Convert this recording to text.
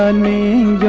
ah name